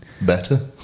Better